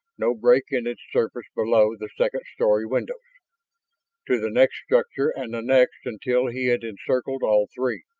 no break in its surface below the second-story windows to the next structure and the next, until he had encircled all three.